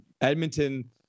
Edmonton